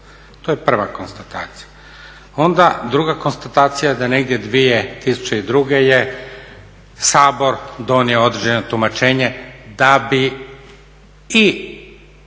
To je prva konstatacija. Onda druga konstatacija je da negdje 2002. je Sabor donio određeno tumačenje da bi i